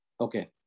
Okay